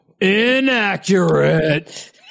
Inaccurate